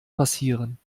passieren